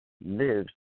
lives